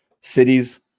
cities